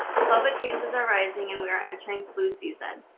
covid cases are rising and we are entering flu season.